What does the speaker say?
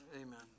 Amen